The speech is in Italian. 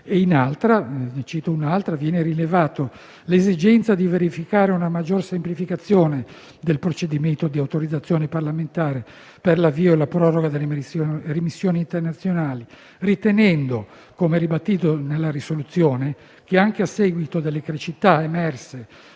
In un'altra viene rilevata l'esigenza di verificare una maggiore semplificazione del procedimento di autorizzazione parlamentare per l'avvio e la proroga delle missioni internazionali, ritenendo - come ribadito nella risoluzione - che, anche a seguito delle criticità emerse